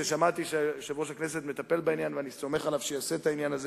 ושמעתי שיושב-ראש הכנסת מטפל בעניין ואני סומך עליו שיעשה את זה,